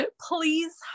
Please